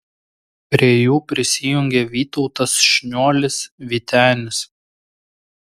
prie jų prisijungė vytautas šniuolis vytenis